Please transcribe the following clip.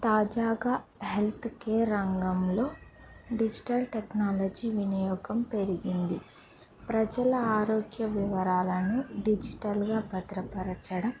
తాజాగా హెల్త్కేర్ రంగంలో digital technology వినియోగం పెరిగింది ప్రజల ఆరోగ్య వివరాలను డిజిటల్గా భద్రపరచడం